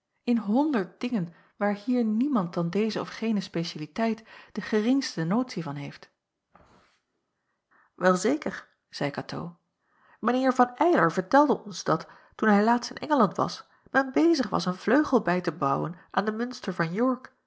in honderd dingen waar hier niemand dan deze of gene specialiteit de geringste notie van heeft wel zeker zeî katoo mijn heer van eylar vertelde ons dat toen hij laatst in engeland was men bezig was een vleugel bij te bouwen aan den munster van york